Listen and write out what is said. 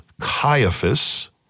Caiaphas